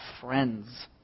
friends